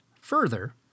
further